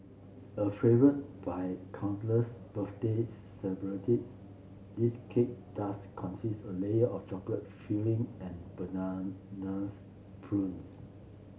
a favour by countless birthday celebrants this cake does consist a layer of chocolate filling and bananas purees